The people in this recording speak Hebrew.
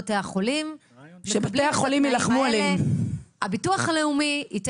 שביקשו לראות תוכנית ממשרד הבריאות וטרם